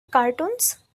cartoons